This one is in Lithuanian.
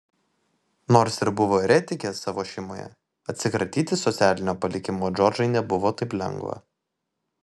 nors ir buvo eretikė savo šeimoje atsikratyti socialinio palikimo džordžai nebuvo taip lengva